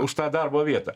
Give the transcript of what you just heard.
už tą darbo vietą